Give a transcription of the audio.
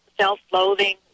self-loathing